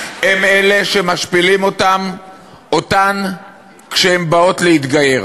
הן אלה שמשפילים אותן כשהן באות להתגייר.